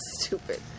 stupid